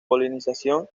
polinización